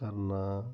ਕਰਨਾ